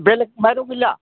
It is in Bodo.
बेलेग माइरं गैला